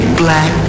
black